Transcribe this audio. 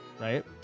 Right